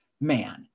man